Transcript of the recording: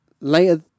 later